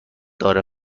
داره